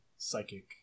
psychic